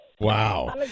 Wow